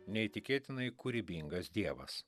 neįtikėtinai kūrybingas dievas